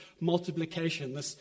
multiplication